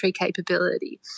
capability